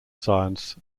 science